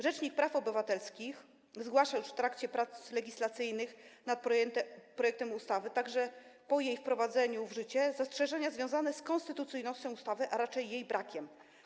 Rzecznik praw obywatelskich zgłaszał już w trakcie prac legislacyjnych nad projektem ustawy, a także po jej wprowadzeniu w życie, zastrzeżenia związane z konstytucyjnością ustawy, a raczej jej brakiem.